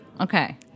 Okay